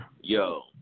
Yo